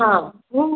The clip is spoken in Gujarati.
હા હું વાંસદા ગામથી